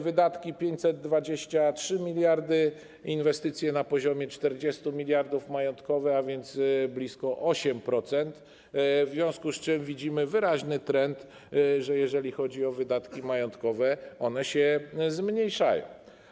Wydatki 523 mld zł, inwestycje na poziomie 40 mld zł, majątkowe, a więc blisko 8%, w związku z czym widzimy wyraźny trend, że jeżeli chodzi o wydatki majątkowe, one się zmniejszają.